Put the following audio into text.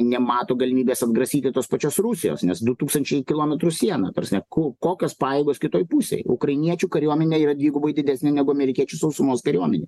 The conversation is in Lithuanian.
nemato galimybės atgrasyti tos pačios rusijos nes du tūkstančiai kilometrų siena ta prasme ko kokios pajėgos kitoj pusėj ukrainiečių kariuomenė yra dvigubai didesnė negu amerikiečių sausumos kariuomenė